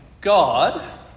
God